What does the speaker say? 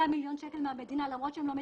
מיליון שקלים מהמדינה למרות שהם לא מתוקצבים.